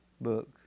book